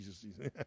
Jesus